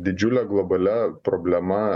didžiule globalia problema